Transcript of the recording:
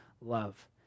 love